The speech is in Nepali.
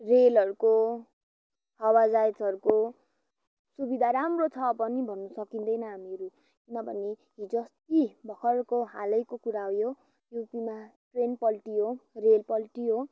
रेलहरूको हवाइजहाजहरूको सुविदा राम्रो छ पनि भन्नु सकिँदैन हामीहरू किनभने हिजो अस्ति भर्खरको हालैको कुरा हो यो युपीमा ट्रेन पल्टियो रेल पल्टियो